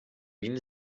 wien